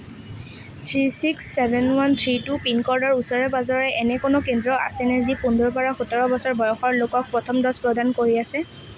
three six seven one three two pin ক'ডৰ ওচৰে পাঁজৰে এনে কোনো কেন্দ্ৰ আছেনে যি পোন্ধৰ পৰা সোতৰ বছৰ বয়সৰ লোকক প্ৰথম ড'জ প্ৰদান কৰি আছে